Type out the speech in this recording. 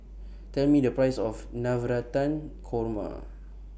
Tell Me The Price of Navratan Korma